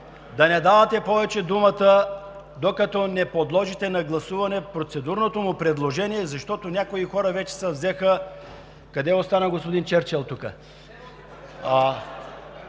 да не давате повече думата, докато не подложите на гласуване процедурното ми предложение, защото някои хора вече се взеха... къде остана господин Чърчил тук?